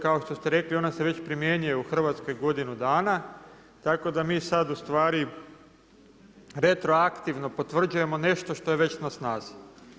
Kao što ste rekli ona se već primjenjuje u Hrvatskoj godinu dana, tako da mi sad u stvari retroaktivno potvrđujemo nešto što je već na snazi.